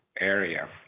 area